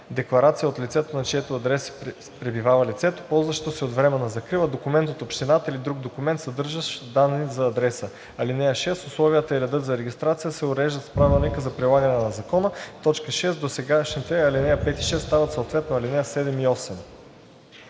декларация от лицето, на чийто адрес пребивава лицето, ползващо се от временна закрила, документ от общината или друг документ, съдържащ данни за адреса.“ (6) Условията и редът за регистрация се уреждат с правилника за прилагане на закона.“ 6. Досегашните ал. 5 и 6 стават съответно ал. 7 и 8.“